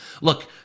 Look